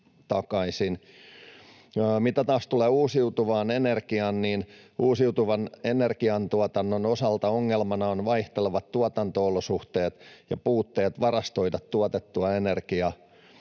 Mitä taas tulee uusiutuvaan energiaan, niin uusiutuvan energian tuotannon osalta ongelmana ovat vaihtelevat tuotanto-olosuhteet ja puutteet varastoida tuotettua energiaa.